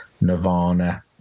Nirvana